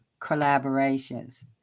collaborations